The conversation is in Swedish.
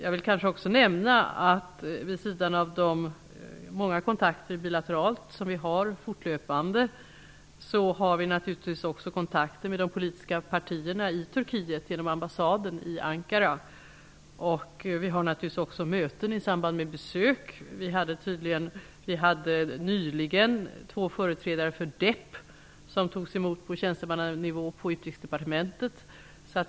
Jag vill också nämna att vi, vid sidan av de många kontakter som vi fortlöpande har bilateralt, naturligtvis också har kontakter med de politiska partierna i Turkiet genom ambassaden i Ankara. Vi har också möten i samband med besök. Vi hade nyligen två företrädare för DEP på besök, och dessa togs emot på tjänstemannanivå på Utrikesdepartementet.